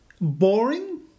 boring